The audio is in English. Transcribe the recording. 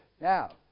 Now